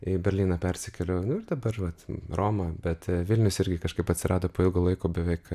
į berlyną persikėliau nu ir dabar vat romą bet vilnius irgi kažkaip atsirado po ilgo laiko beveik